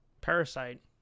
Parasite